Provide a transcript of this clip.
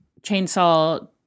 Chainsaw